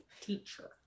teacher